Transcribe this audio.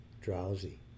drowsy